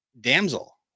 Damsel